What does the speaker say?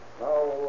Now